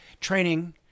training